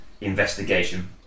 investigation